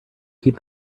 keep